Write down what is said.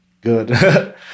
good